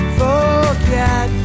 forget